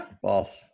False